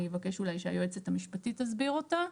אני אבקש אולי שהיועצת המשפטית תסביר אותה.